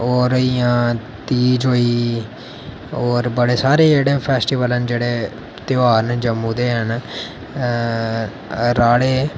होर होइयां तीज़ होई होर बड़े सारे फेस्टीवल न जेह्ड़े ध्यार न जम्मू दे हैन राह्ड़े